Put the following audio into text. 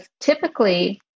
typically